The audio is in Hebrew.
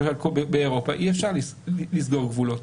באירופה אי אפשר לסגור גבולות.